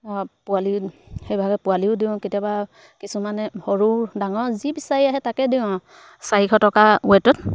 পোৱালি সেইভাগে পোৱালিও দিওঁ কেতিয়াবা কিছুমানে সৰু ডাঙৰ যি বিচাৰি আহে তাকে দিওঁ আৰু চাৰিশ টকা ৱেটত